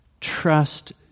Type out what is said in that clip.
Trust